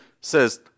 says